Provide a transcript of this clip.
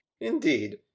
Indeed